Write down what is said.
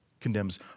condemns